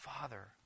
Father